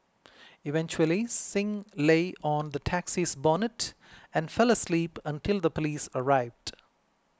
eventually Singh lay on the taxi's bonnet and fell asleep until the police arrived